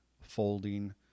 folding